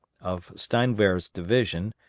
of steinwehr's division,